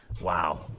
Wow